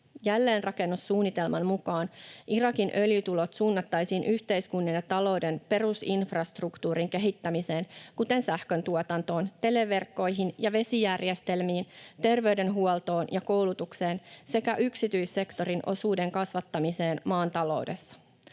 Jälleenrakennussuunnitelman mukaan Irakin öljytulot suunnattaisiin yhteiskunnan ja talouden perusinfrastruktuurin kehittämiseen, kuten sähköntuotantoon, televerkkoihin ja vesijärjestelmiin, terveydenhuoltoon ja koulutukseen sekä yksityissektorin osuuden kasvattamiseen maan taloudessa.